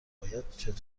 باید